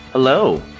Hello